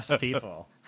people